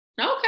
okay